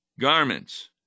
garments